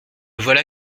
voilà